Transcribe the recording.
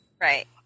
Right